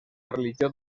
religió